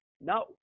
No